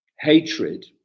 hatred